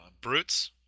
Brutes